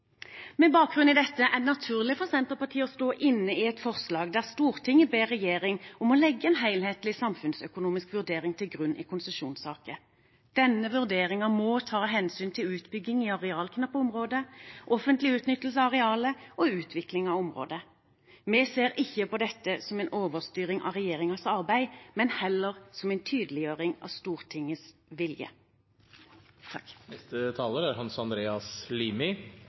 Med bakgrunn i dette er det naturlig for Senterpartiet å stå inne i et forslag der Stortinget ber regjeringen om å legge en helhetlig samfunnsøkonomisk vurdering til grunn i konsesjonssaker. Denne vurderingen må ta hensyn til utbygging i arealknappe områder, offentlig utnyttelse av arealer og utvikling av områder. Vi ser ikke på dette som en overstyring av regjeringens arbeid, men heller som en tydeliggjøring av Stortingets vilje.